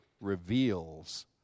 reveals